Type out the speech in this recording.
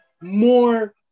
more